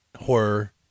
horror